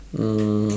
um